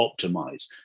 optimize